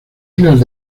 islas